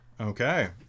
Okay